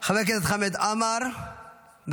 חבר הכנסת חמד עמאר, בבקשה.